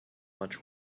much